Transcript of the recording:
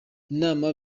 inama